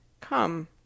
Come